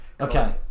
Okay